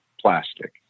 plastic